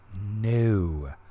no